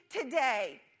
today